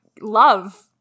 love